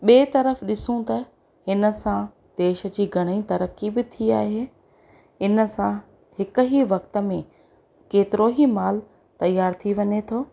ॿिए तर्फ़ु ॾिसूं त हिन सां देश जी घणेई तरक़ी बि थी आहे इन सां हिकु ई वक़्त में केतिरो ई माल तयार थी वञे थो